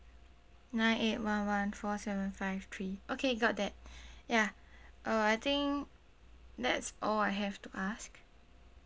nine eight one one four seven five three okay got that ya uh I think that's all I have to ask